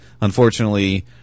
Unfortunately